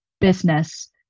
business